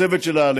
ולצוות שלה,